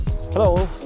Hello